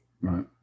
Right